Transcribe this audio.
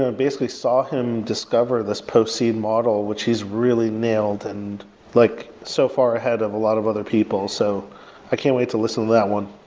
ah and basically saw him discover this post-seed model which he's really nailed and like so far ahead of a lot of other people. so i can't wait to listen to that one.